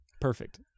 perfect